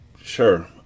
sure